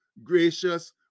gracious